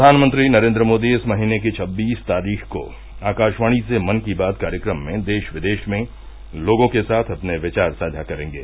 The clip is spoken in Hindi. प्रधानमंत्री नरेन्द्र मोदी इस महीने की छब्बीस तारीख को आकाशवाणी से मन की बात कार्यक्रम में देश विदेश में लोगों के साथ अपने विचार साम्रा करेंगे